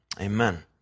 Amen